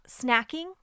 snacking